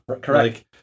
Correct